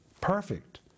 Perfect